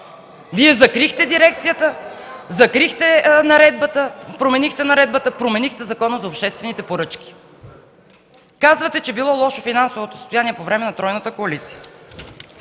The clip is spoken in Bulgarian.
Вие закрихте дирекцията, променихте наредбата, променихте Закона за обществените поръчки. Казвате, че било лошо финансовото състояние по време на тройната коалиция.